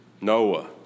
Noah